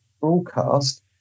Broadcast